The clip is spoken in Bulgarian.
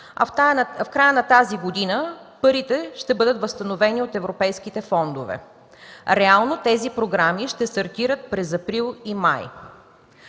а в края на тази година парите ще бъдат възстановени от европейските фондове. Реално тези програми ще стартират през април и май”.